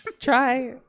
try